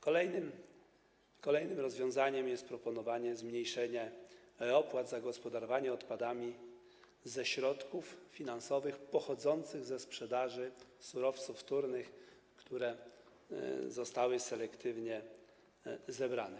Kolejnym rozwiązaniem jest proponowanie zmniejszenia opłat za gospodarowanie odpadami ze środków finansowych pochodzących ze sprzedaży surowców wtórnych, które zostały selektywnie zebrane.